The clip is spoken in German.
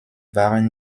waren